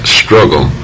struggle